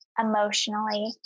emotionally